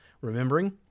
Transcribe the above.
remembering